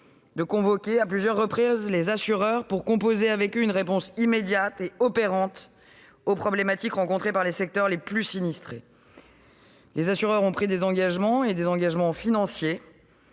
de convoquer à plusieurs reprises les assureurs pour composer avec eux une réponse immédiate et opérante aux problématiques auxquelles sont exposés les secteurs les plus sinistrés. Les assureurs ont pris des engagements financiers